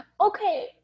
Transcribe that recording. Okay